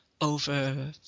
over